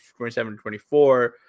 27-24